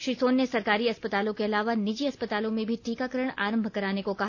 श्री सोन ने सरकारी अस्पतालों के अलावा निजी अस्पतालों में भी टीकाकरण आरंभ कराने को कहा